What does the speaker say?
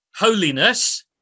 Holiness